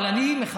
אבל אני מחפש,